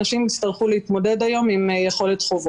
חברי הכנסת שואלים מה יעשה אותו אדם שהחוב שלו עומד על 40,000 שקלים.